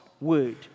Word